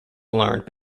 learned